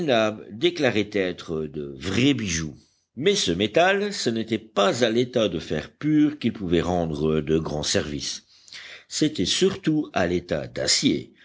nab déclaraient être de vrais bijoux mais ce métal ce n'était pas à l'état de fer pur qu'il pouvait rendre de grands services c'était surtout à l'état d'acier